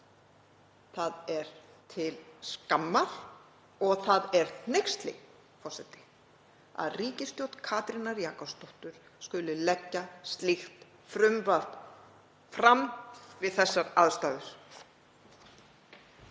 Það er til skammar og það er hneyksli, forseti, að ríkisstjórn Katrínar Jakobsdóttur skuli leggja slíkt frumvarp fram við þessar aðstæður.